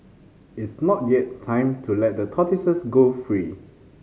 it's not yet time to let the tortoises go free